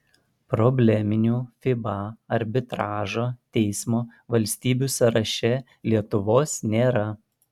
probleminių fiba arbitražo teismo valstybių sąraše lietuvos nėra